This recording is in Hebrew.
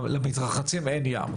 למתרחצים אין ים,